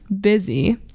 busy